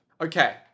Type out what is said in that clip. Okay